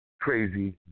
Crazy